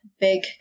big